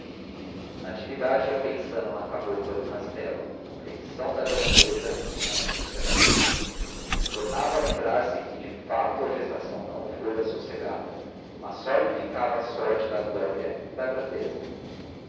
natividade ia pensando na cabocla do castelo na predição da grandeza e na notícia da briga tornava a lembrar-se que de fato a gestação não fora sossegada mas só lhe ficava a sorte da glória e da grandeza